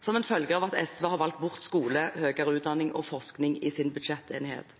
som følge av at SV har valgt bort skole, høyere utdanning og forskning i sin budsjettenighet?